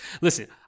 Listen